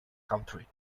country